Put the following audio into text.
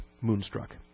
moonstruck